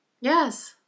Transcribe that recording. Yes